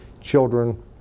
children